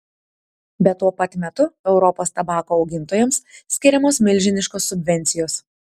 bet tuo pat metu europos tabako augintojams skiriamos milžiniškos subvencijos